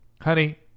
honey